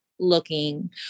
looking